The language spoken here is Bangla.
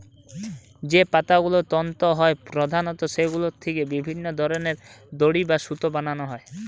যে পাতাগুলো তন্তু হয় প্রধানত সেগুলো থিকে বিভিন্ন ধরনের দড়ি বা সুতো বানানা হয়